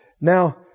Now